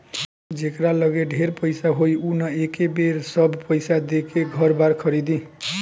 जेकरा लगे ढेर पईसा होई उ न एके बेर सब पईसा देके घर बार खरीदी